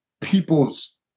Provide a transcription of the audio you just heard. people's